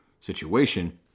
situation